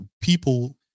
people